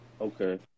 Okay